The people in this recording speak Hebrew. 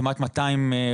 דיברנו עם כמעט 200 קופאיות,